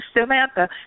Samantha